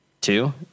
Two